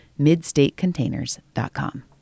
midstatecontainers.com